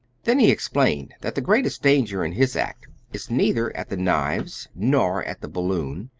then he explained that the greatest danger in his act is neither at the knives nor at the balloon,